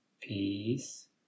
peace